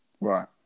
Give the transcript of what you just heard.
right